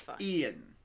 Ian